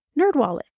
NerdWallet